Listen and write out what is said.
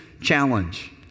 challenge